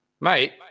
Mate